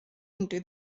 into